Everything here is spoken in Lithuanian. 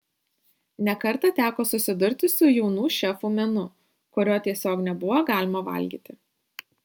ne kartą teko susidurti su jaunų šefų menu kurio tiesiog nebuvo galima valgyti